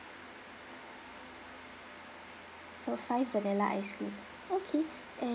so five vanilla ice cream okay and